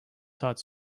saat